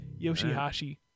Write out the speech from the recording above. Yoshihashi